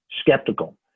skeptical